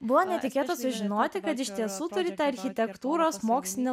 buvo netikėta sužinoti kad iš tiesų turi tą architektūros mokslinio